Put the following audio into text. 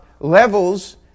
Levels